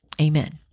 Amen